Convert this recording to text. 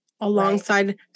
alongside